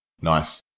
Nice